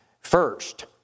First